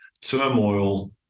turmoil